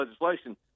legislation